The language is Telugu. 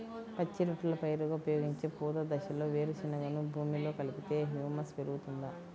పచ్చి రొట్టెల పైరుగా ఉపయోగించే పూత దశలో వేరుశెనగను భూమిలో కలిపితే హ్యూమస్ పెరుగుతుందా?